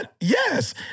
Yes